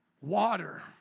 water